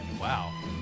Wow